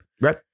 Right